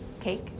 Cake